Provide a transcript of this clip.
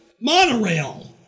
monorail